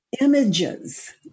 Images